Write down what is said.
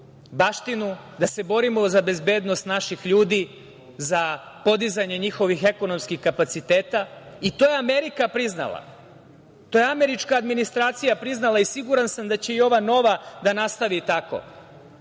baštinu, da se borimo za bezbednost naših ljudi za podizanje njihovih ekonomskih kapaciteta. To je Amerika priznala, to je američka administracija priznala i siguran sam da će i ova nova da nastavi tako.